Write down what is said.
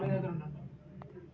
ముందస్తు చెల్లింపులు అంటే ఏమిటి?